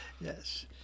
yes